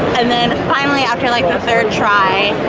and then finally after like the third try